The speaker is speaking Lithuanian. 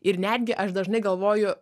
ir netgi aš dažnai galvoju